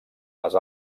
les